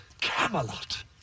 Camelot